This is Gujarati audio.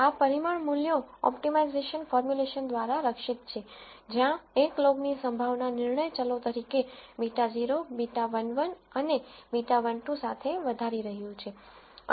આ પરિમાણોનાં મૂલ્યો ઓપ્ટિમાઇઝેશન ફોર્મ્યુલેશન દ્વારા રક્ષિત છે જ્યાં 1 લોગ ની સંભાવના નિર્ણય ચલો તરીકે β0 β11 અને β12 સાથે વધારી રહ્યું છે